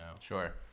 Sure